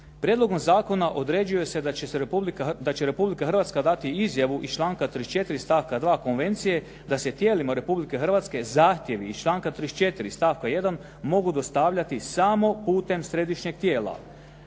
Prijedlogom zakona određuje se da će Republika Hrvatska dati izjavu iz članka 34. stavka 2. Konvencije da se tijelima Republike Hrvatske zahtjevi iz članka 34. stavka 1. mogu dostavljati samo putem središnjeg tijela.